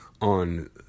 on